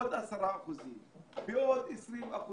בעוד 10% או בעוד 20%